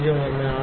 94 7